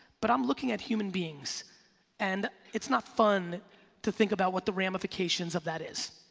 but i'm looking at human beings and it's not fun to think about what the ramifications of that is.